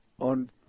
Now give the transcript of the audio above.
on